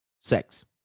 sex